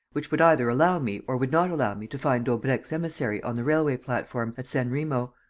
which would either allow me or would not allow me to find daubrecq's emissary on the railway-platform at san remo.